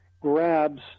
grabs